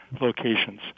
locations